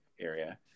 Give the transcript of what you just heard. area